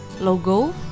logo